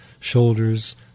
shoulders